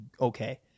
okay